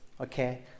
Okay